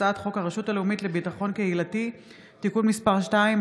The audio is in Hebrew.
הצעת חוק הרשות הלאומית לביטחון קהילתי (תיקון מס' 2),